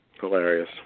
hilarious